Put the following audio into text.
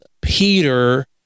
peter